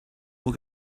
will